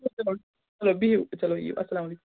چلو بِہِو چلو یِیِو اَسلامُ علیکُم